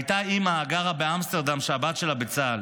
הייתה אימא שגרה באמסטרדם והבת שלה בצה"ל.